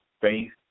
faith